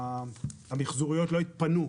המיחזוריות לא יתפנו.